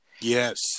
yes